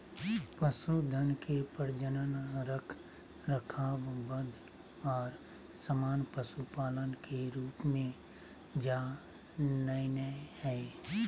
पशुधन के प्रजनन, रखरखाव, वध और सामान्य पशुपालन के रूप में जा नयय हइ